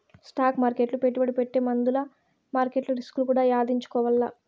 stock మార్కెట్ల పెట్టుబడి పెట్టే ముందుల మార్కెట్ల రిస్కులు కూడా యాదించుకోవాల్ల